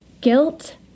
Guilt